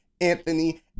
Anthony